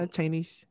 Chinese